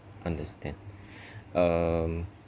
understand um